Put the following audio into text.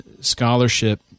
scholarship